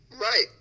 Right